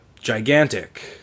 Gigantic